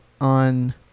on